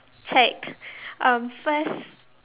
checked um first